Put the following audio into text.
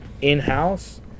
in-house